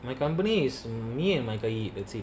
my company is me and colleague is the same